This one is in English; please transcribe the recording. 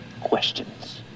Questions